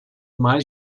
mais